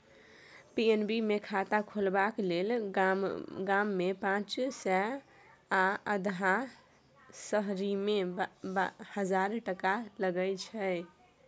PNB मे खाता खोलबाक लेल गाममे पाँच सय आ अधहा शहरीमे हजार टका लगै छै